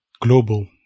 global